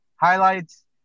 Highlights